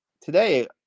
today